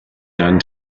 done